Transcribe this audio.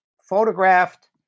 photographed